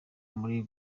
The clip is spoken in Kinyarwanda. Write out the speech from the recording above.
muri